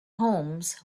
homes